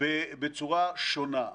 בצורה שונה.